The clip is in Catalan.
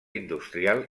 industrial